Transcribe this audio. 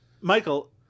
Michael